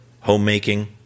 homemaking